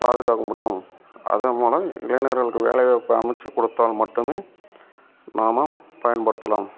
பாதுகாக்க முடியும் அதே போல இளைனர்களுக்கு வேலைவாய்ப்பு அமைச்சிக் கொடுத்தால் மட்டுமே நாம் பயன்படுத்தலாம்